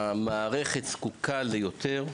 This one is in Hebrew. המערכת זקוקה ליותר.